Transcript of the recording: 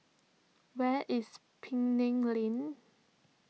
where is Penang Lane